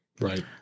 Right